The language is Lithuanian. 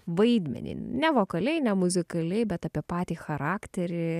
vaidmenį nelokaliai nemuzikaliai bet apie patį charakterį